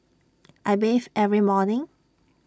I bathe every morning